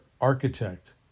architect